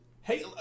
Hey